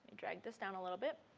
drag this down a little bit,